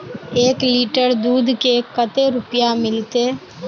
एक लीटर दूध के कते रुपया मिलते?